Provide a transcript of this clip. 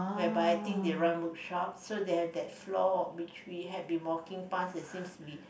whereby I think they run workshop so they have that floor which we have been walking past it seems to be